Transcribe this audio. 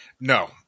No